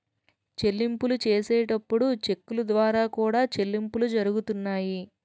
చెల్లింపులు చేసేటప్పుడు చెక్కుల ద్వారా కూడా చెల్లింపులు జరుగుతున్నాయి